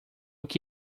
que